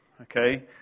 Okay